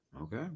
Okay